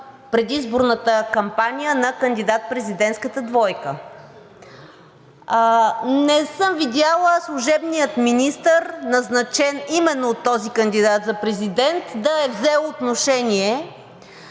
предизборната кампания на кандидат-президентската двойка. Не съм видяла служебния министър, назначен именно от този кандидат за президент, да е взел отношение,